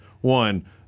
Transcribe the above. one